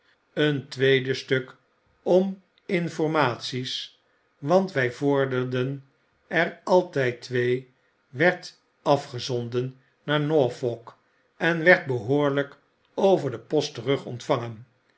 een tweede stuk om informaties want wy vorderden er altyd twee werd afgezonden naar norfolk en werd behoorlyk over depostterug ontvangen